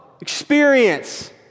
experience